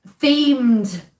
...themed